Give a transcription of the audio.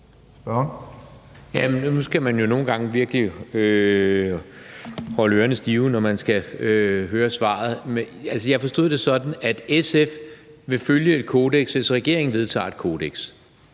Nu skal man jo nogle gange virkelig holde ørerne stive, når man skal høre svaret. Jeg forstod det sådan, at SF vil følge et kodeks, hvis regeringen vedtager et kodeks.